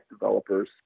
developers